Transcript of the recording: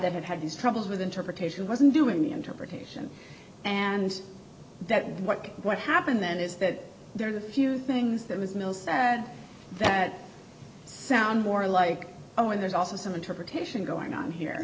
that had had these troubles with interpretation wasn't doing the interpretation and that what what happened then is that there are a few things that his mill sat that sound more like oh and there's also some interpretation going on here